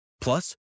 Plus